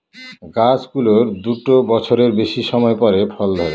গাছ গুলোর দুটা বছরের বেশি সময় পরে ফল ধরে